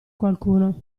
qualcuno